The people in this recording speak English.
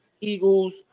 Eagles